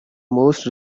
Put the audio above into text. most